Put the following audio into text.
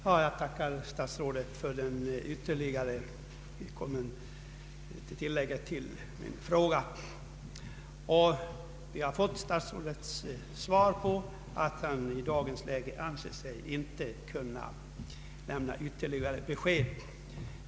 Herr talman! Jag tackar statsrådet för detta tillägg till svaret på min fråga. Jag har fått statsrådets förklaring att han i dagens läge inte anser sig kunna lämna ytterligare besked.